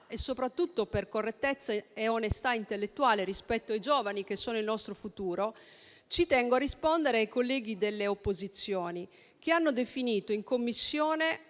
e soprattutto per correttezza e onestà intellettuale rispetto ai giovani che sono il nostro futuro, ci tengo a rispondere ai colleghi delle opposizioni che in Commissione